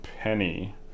Penny